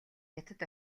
хятад